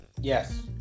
Yes